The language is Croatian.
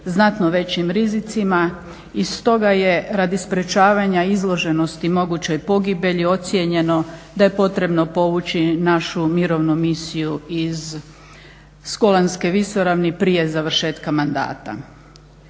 znatno većim rizicima i stoga je radi sprječavanja izloženosti i mogućoj pogibelji ocijenjeno da je potrebno povući našu Mirovnu misiju s Golanske visoravni prije završetka mandata.